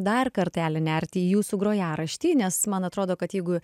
dar kartelį nert į jūsų grojaraštį nes man atrodo kad jeigu